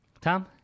Tom